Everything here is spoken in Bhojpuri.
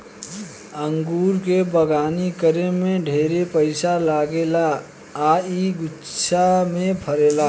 अंगूर के बगानी करे में ढेरे पइसा लागेला आ इ गुच्छा में फरेला